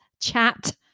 chat